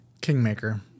Kingmaker